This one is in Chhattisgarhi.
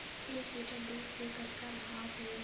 एक लिटर दूध के कतका भाव हे?